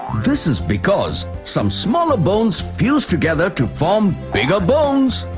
this is because some smaller bones fuse together to form bigger bones.